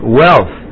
wealth